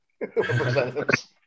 representatives